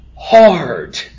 hard